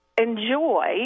enjoy